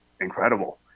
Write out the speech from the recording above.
incredible